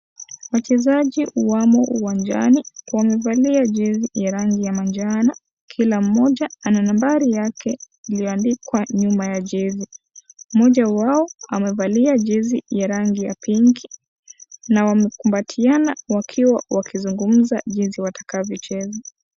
Wachezaji wamo uwanjani. Wamevalia jesi ya rangi ya manjano. Kila mmoja ana nambari yake iliyoandikwa nyuma ya jesi. Mmoja wao amevalia jesi ya rangi ya pinki na wamekumbatiana wakiwa wakizungumza jinsi watakavyocheza.